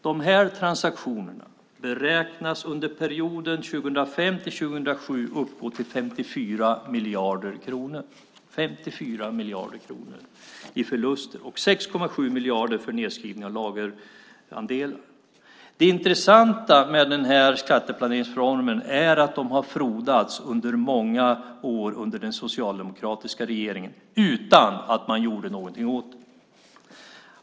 De här transaktionerna beräknades under perioden 2005-2007 uppgå till 54 miljarder kronor, i förluster, och 6,7 miljarder för nedskrivning av lagerandelar. Det intressanta med den här skatteplaneringsformen är att den har frodats under många år under den socialdemokratiska regeringen utan att man gjort någonting åt det.